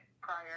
prior